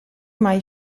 mai